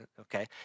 Okay